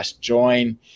join